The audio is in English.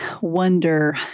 wonder